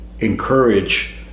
Encourage